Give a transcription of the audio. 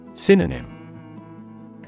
Synonym